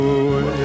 away